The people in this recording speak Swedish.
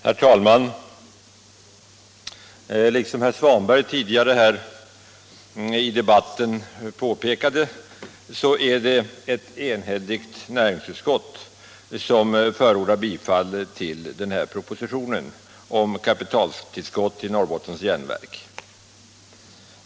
Herr talman! Som herr Svanberg tidigare påpekade är det ett enhälligt näringsutskott som förordar bifall till propositionen om kapitaltillskott till Norrbottens Järnverk.